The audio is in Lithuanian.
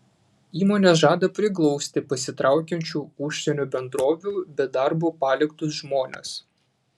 įmonė žada priglausti pasitraukiančių užsienio bendrovių be darbo paliktus žmones